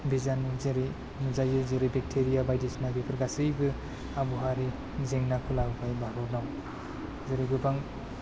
बिजानु जेरै नुजायो जेरै बेक्टेरिया बायदिसिना बेफोर गासैबो आबहावायारि जेंनाखौ लाबोफायो बारबोब्ला जेरै गोबां